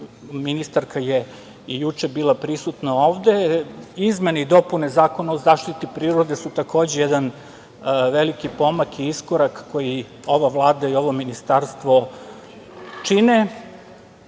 ministarka i juče bila prisutna ovde. Izmene i dopune Zakona o zaštiti prirode su takođe jedan veliki pomak i iskorak koji ova Vlada i ovo ministarstvo čine.